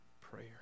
prayer